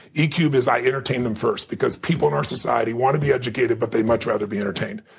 ecube is i entertain them first because people in our society want to be educated, but they'd much rather be entertained.